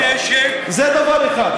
כמה כלי נשק, זה דבר אחד.